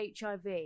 HIV